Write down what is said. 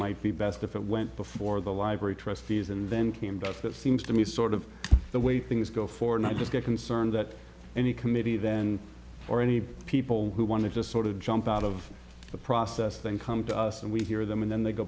might be best if it went before the library trustees and then came back that seems to me sort of the way things go for not just a concern that any committee then or any people who want to just sort of jump out of the process then come to us and we hear them and then they go